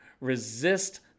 Resist